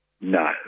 No